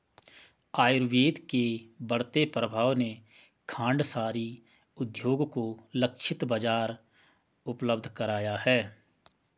आयुर्वेद के बढ़ते प्रभाव ने खांडसारी उद्योग को लक्षित बाजार उपलब्ध कराया है